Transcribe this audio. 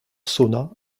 sonna